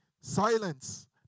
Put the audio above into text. Silence